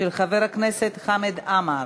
של חבר הכנסת חמד עמאר.